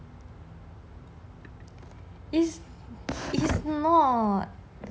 it's it's not